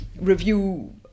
review